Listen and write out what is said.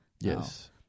Yes